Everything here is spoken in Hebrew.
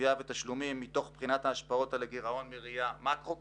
גבייה ותשלומים מתוך בחינת ההשפעות על הגירעון בראייה מקרו-כלכלית.